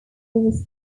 was